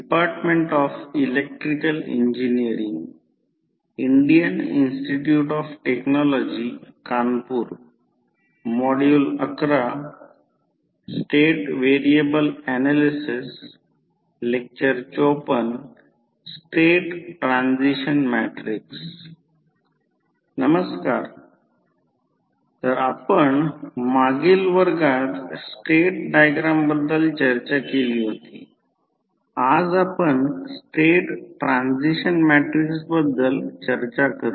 नमस्कार तर आपण मागील वर्गात स्टेट डायग्राम बद्दल चर्चा केली होती आज आपण स्टेट ट्रान्सिशन मॅट्रिक्स बद्दल चर्चा करू